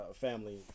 family